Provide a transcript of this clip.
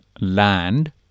land